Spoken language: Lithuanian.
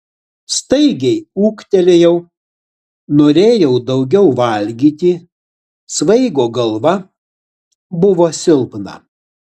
staigiai ūgtelėjau norėjau daugiau valgyti svaigo galva buvo silpna